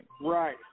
Right